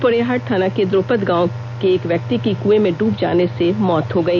पोड़ैयाहाट थाना के द्रोपद गांव के एक व्यक्ति की कुएं में डूब जाने से मौत हो गई